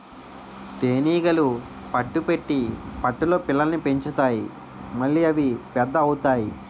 తేనీగలు పట్టు పెట్టి పట్టులో పిల్లల్ని పెంచుతాయి మళ్లీ అవి పెద్ద అవుతాయి